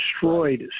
destroyed